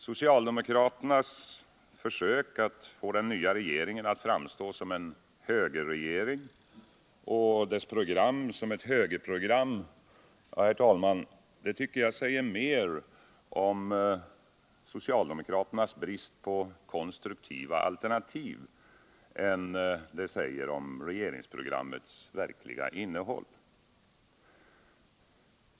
Socialdemokraternas försök att få den nya regeringen att framstå som en högerregering och dess program som ett högerprogram tycker jag säger mer om socialdemokraternas brist på kon struktiva alternativ än om regeringsprogrammets verkliga innehåll.